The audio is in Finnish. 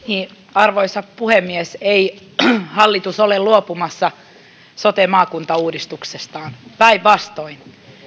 arvoisa puhemies ei hallitus ole luopumassa sote maakuntauudistuksestaan päinvastoin